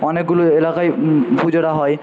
অনেকগুলো এলাকায় পুজোটা হয়